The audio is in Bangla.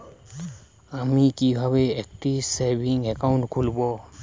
আমি কিভাবে একটি সেভিংস অ্যাকাউন্ট খুলব?